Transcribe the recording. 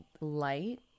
light